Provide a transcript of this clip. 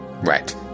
Right